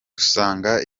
usanga